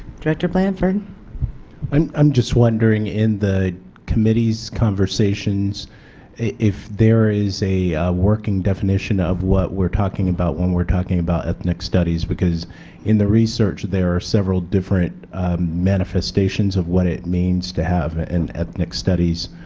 director blanford blanford i'm just wondering in the committee's conversations if there is a working definition of what we are talking about when we are talking about ethnic studies? because in the research there are several different manifestations of what it means to have an ethnic studies